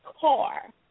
car